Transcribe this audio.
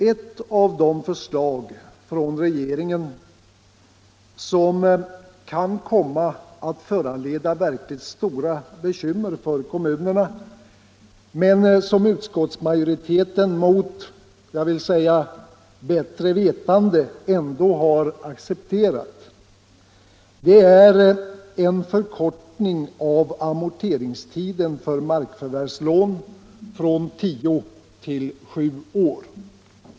Ett av de förslag från regeringen som kan komma att föranleda verkligt stora bekymmer för kommunerna men som utskottsmajoriteten — mot bättre vetande, vill jag säga — ändå har accepterat är en förkortning av amorteringstiden för markförvärvslån från tio till sju år.